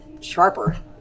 sharper